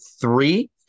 three